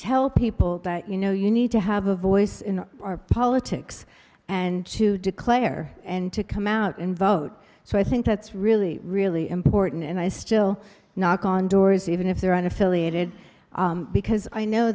ell people you know you need to have a voice in our politics and to declare and to come out and vote so i think that's really really important and i still knock on doors even if they're an affiliated because i know